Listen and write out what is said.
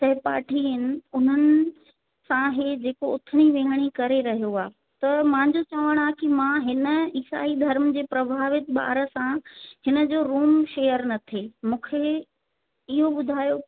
सहपाठी आहिनि हुननि सां हे जेको उथिणी विहणी करे रहियो आहे त मुंहिंजो चवणु की मां हिन ईसाई धर्म जे प्रभावित ॿार सां हिन जो रूम शेयर न थिए मूंखे इहो ॿुधायो